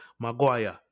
Maguire